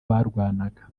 barwanaga